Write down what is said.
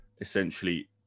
essentially